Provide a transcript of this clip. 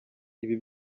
ibi